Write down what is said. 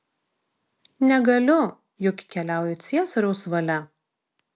negaliu juk keliauju ciesoriaus valia